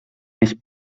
més